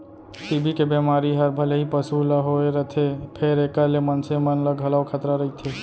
TB के बेमारी हर भले ही पसु ल होए रथे फेर एकर ले मनसे मन ल घलौ खतरा रइथे